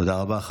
תודה רבה.